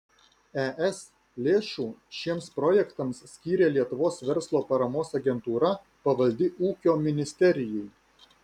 es lėšų šiems projektams skyrė lietuvos verslo paramos agentūra pavaldi ūkio ministerijai